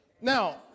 Now